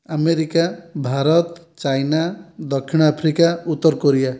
America Bharat China ଦକ୍ଷିଣ Africa ଉତ୍ତର Korea